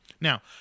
Now